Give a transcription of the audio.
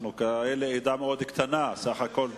אנחנו עדה מאוד קטנה, סך הכול,